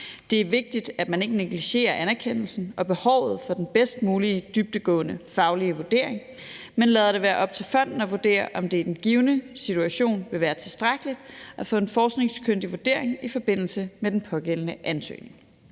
Det er vigtigt, at man ikke negligerer anerkendelsen og behovet for den bedst mulige dybdegående faglige vurdering, men lader det være op til fonden at vurdere, om det i den givne situation vil være tilstrækkeligt at få en forskningskyndig vurdering i forbindelse med den pågældende ansøgning.